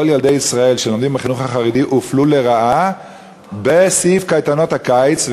כל ילדי ישראל שלומדים בחינוך החרדי הופלו לרעה בסעיף קייטנות הקיץ,